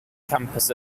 campus